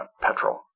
petrol